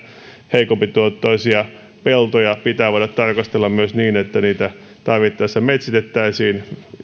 heikompituottoisia peltoja pitää voida tarkastella myös niin että niitä tarvittaessa metsitettäisiin